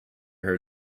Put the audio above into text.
her